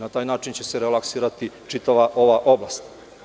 Na taj način će se relaksirati čitava ova oblast.